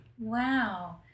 Wow